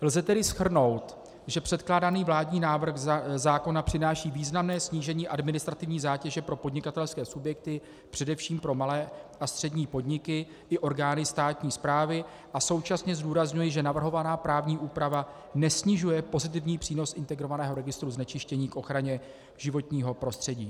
Lze tedy shrnout, že předkládaný vládní návrh zákona přináší významné snížení administrativní zátěže pro podnikatelské subjekty, především pro malé a střední podniky i orgány státní správy, a současně zdůrazňuji, že navrhovaná právní úprava nesnižuje pozitivní přínos integrovaného registru znečištění k ochraně životního prostředí.